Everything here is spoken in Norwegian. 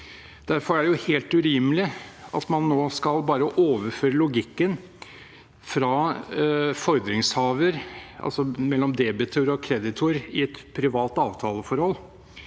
Derfor er det helt urimelig at man nå bare skal overføre logikken fra fordringshaver, altså mellom debitor og kreditor, i et privat avtaleforhold,